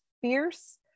fierce